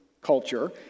culture